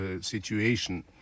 situation